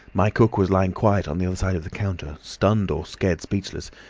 my cook was lying quiet on the other side of the counter, stunned or scared speechless,